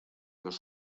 los